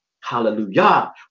Hallelujah